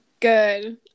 good